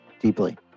deeply